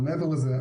אבל מעבר לזה,